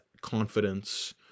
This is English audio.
confidence